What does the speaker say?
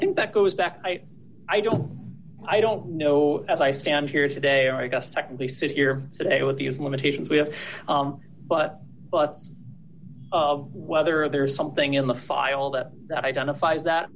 think that goes back i i don't i don't know as i stand here today or i guess technically sit here today with these limitations we have but but it's whether there is something in the file that identifies that